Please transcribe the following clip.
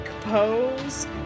pose